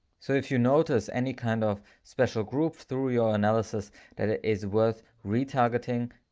so, if you notice any kind of special groups through your analysis that ah is worth retargeting,